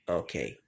okay